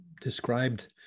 described